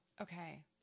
Okay